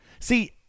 See